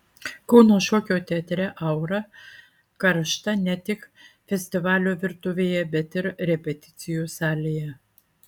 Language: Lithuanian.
kauno šokio teatre aura karšta ne tik festivalio virtuvėje bet ir repeticijų salėje